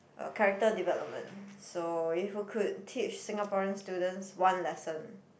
a character development so if you could teach Singaporean students one lesson